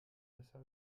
besser